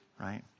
right